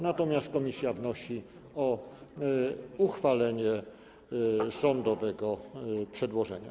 Natomiast komisja w nosi o uchwalenie sądowego przedłożenia.